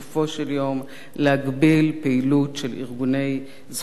יום להגביל את הפעילות של ארגוני זכויות אדם,